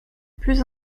plus